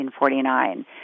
1949